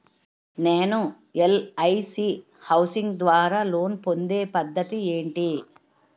నేను LIC housing ద్వారా loan పొందే పద్ధతి ఏంటి?